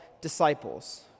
disciples